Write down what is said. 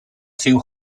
too